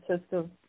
system